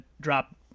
drop